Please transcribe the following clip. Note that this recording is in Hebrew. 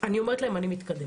אני אומרת להם שאני מתקדמת.